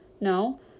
No